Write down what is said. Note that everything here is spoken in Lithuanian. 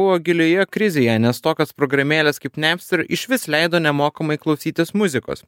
buvo gilioje krizėje nes tokios programėlės kaip napster išvis leido nemokamai klausytis muzikos